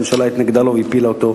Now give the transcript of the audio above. הממשלה התנגדה לו והפילה אותו,